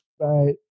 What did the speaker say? Right